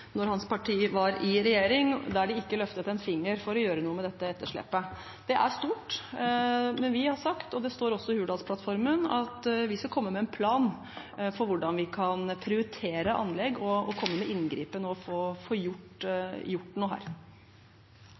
hans parti var i regjering, og der de ikke løftet en finger for å gjøre noe med dette etterslepet. Det er stort, men vi har sagt – og det står også i Hurdalsplattformen – at vi skal komme med en plan for hvordan vi kan prioritere anlegg og komme med inngripen og få gjort noe her.